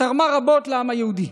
תרמה רבות לעם היהודי.